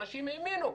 אנשים האמינו.